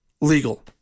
legal